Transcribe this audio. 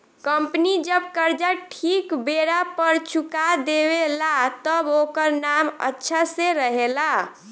company जब कर्जा ठीक बेरा पर चुका देवे ला तब ओकर नाम अच्छा से रहेला